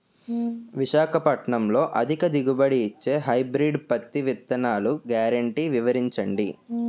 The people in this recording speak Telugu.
విశాఖపట్నంలో అధిక దిగుబడి ఇచ్చే హైబ్రిడ్ పత్తి విత్తనాలు గ్యారంటీ వివరించండి?